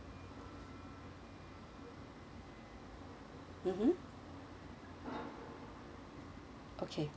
mmhmm okay